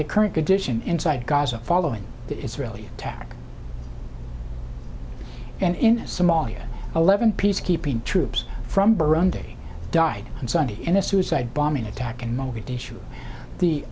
the current condition inside gaza following the israeli attack and in somalia eleven peacekeeping troops from burundi died on sunday in a suicide bombing attack in mogadishu the